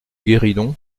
guéridon